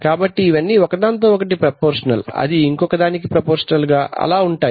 కాబట్టి ఇవన్నీ ఒకదానితో ఒకటి ప్రపోర్షనల్ అది ఇంకొక దానికి ప్రపోర్షనల్ అలా ఉంటాయి